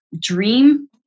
dream